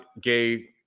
gay